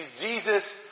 Jesus